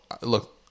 look